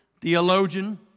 Theologian